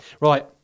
Right